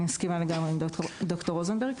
אני מסכימה לגמרי עם ד"ר רוזנברג.